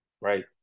right